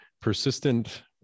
persistent